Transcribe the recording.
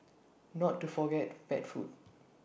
not to forget pet food